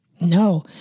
No